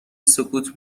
سکوت